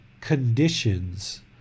conditions